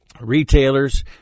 retailers